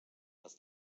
els